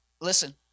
Listen